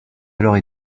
alors